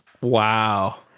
Wow